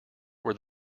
were